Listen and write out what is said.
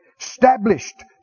established